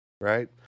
right